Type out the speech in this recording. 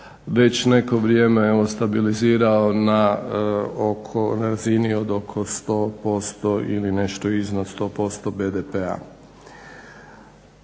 već neko vrijeme ostabilizirao na oko, na razini od oko 100% ili nešto iznad 100% BDP-a.